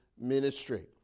ministry